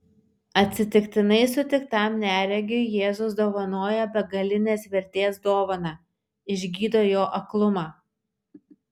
atsitiktinai sutiktam neregiui jėzus dovanoja begalinės vertės dovaną išgydo jo aklumą